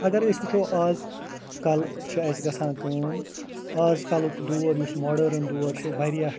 اَگر أسۍ وٕچھو اَز کَل چھِ اَسہِ گژھان کٲم آز کَلُکھ دور یُس ماڈٲرٕن دور چھِ واریاہ